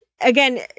again